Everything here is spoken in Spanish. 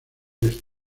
puesto